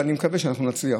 ואני מקווה שנצליח.